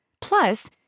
Plus